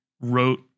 wrote